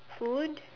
food